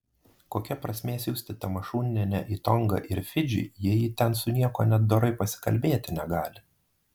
kokia prasmė siųsti tamašunienę į tongą ir fidžį jei ji ten su niekuo net dorai pasikalbėti negali